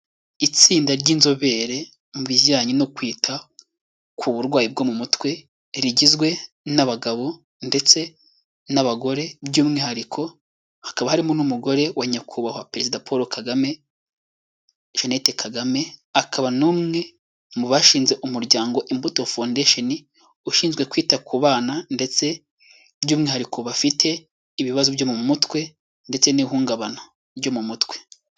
Itsinda ry'inzobere mu bijyanye no kwita ku burwayi bwo mu mutwe rigizwe n'abagabo ndetse n'abagore, by'umwihariko hakaba harimo n'umugore wa Nyakubahwa Perezida Paul Kagame "Jeannette Kagame", akaba n'umwe mu bashinze umuryango Imbuto foundation ushinzwe kwita ku bana, ndetse by'umwihariko bafite ibibazo byo mu mutwe ndetse n'ihungabana ryo mu mutwe.